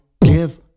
give